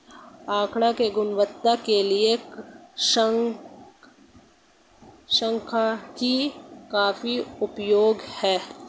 आकड़ों की गुणवत्ता के लिए सांख्यिकी काफी उपयोगी है